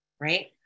right